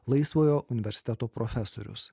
laisvojo universiteto profesorius